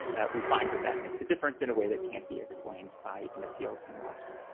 we find that that makes a difference in a way that can't be explained by an appeal to norms.